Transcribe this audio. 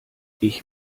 ich